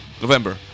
November